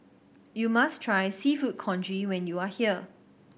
you must try Seafood Congee when you are here